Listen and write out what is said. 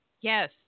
yes